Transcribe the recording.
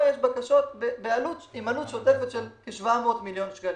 במכתב יש בקשות עם עלות שוטפת של כ-700 מיליון שקלים.